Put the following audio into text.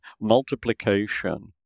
multiplication